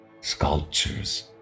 Sculptures